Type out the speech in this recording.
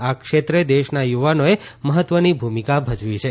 આ ક્ષેત્રે દેશના યુવાનોએ મહત્વની ભૂમિકા ભજવી છે